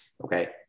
Okay